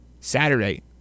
Saturday